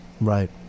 Right